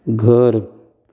घर